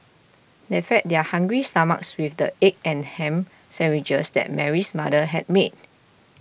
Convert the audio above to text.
they fed their hungry stomachs with the egg and ham sandwiches that Mary's mother had made